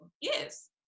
yes